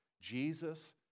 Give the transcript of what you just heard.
Jesus